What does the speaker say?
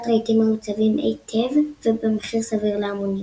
רהיטים מעוצבים היטב ובמחיר סביר להמונים.